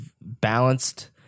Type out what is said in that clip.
balanced